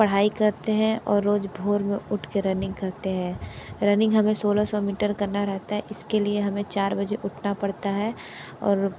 पढ़ाई करते हैं और रोज़ भोर में उठ के रनिंग करते हैं रनिंग हमें सोलह सौ मीटर करना रहता है इसके लिए हमें चार बजे उठना पड़ता है और